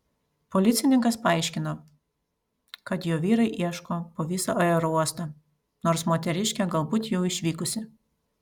policininkas paaiškino kad jo vyrai ieško po visą aerouostą nors moteriškė galbūt jau išvykusi